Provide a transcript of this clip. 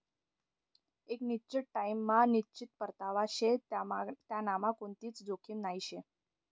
एक निश्चित टाइम मा निश्चित परतावा शे त्यांनामा कोणतीच जोखीम नही शे